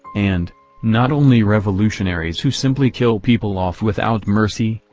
and not only revolutionaries who simply kill people off without mercy,